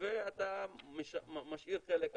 ואתה משאיר חלק אחר,